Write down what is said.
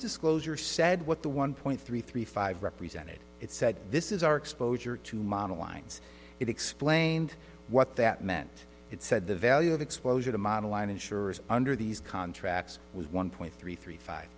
disclosure said what the one point three three five represented it said this is our exposure to model winds it explained what that meant it said the value of exposure to model line insurers under these contracts was one point three three five